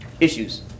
issues